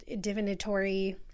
divinatory